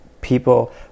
people